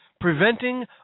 Preventing